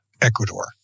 Ecuador